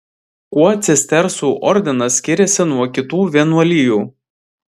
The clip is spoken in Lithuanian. kuo cistersų ordinas skiriasi nuo kitų vienuolijų